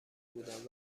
بودم